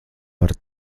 par